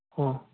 ꯑꯣ